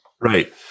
Right